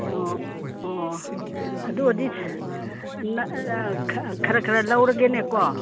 ꯑꯣ ꯑꯣ ꯑꯗꯨ ꯑꯣꯏꯔꯗꯤ ꯈꯔ ꯈꯔ ꯂꯧꯔꯒꯦꯅꯦꯀꯣ